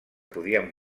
podien